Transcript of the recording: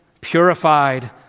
purified